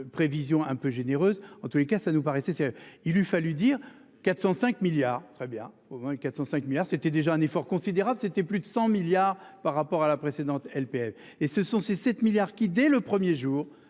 Prévision un peu généreuse en tous les cas ça nous paraissait il lui fallut dire 405 milliards. Très bien, au moins 405 milliards c'était déjà un effort considérable, c'était plus de 100 milliards par rapport à la précédente LPM et ce sont ces 7 milliards qui dès le premier jour